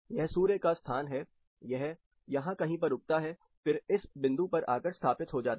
यह सूर्य का स्थान है यह यहां कहीं पर उगता है फिर इस बिंदु पर आकर स्थापित हो जाता है